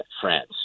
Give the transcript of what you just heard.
France